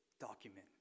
document